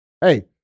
hey